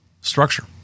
structure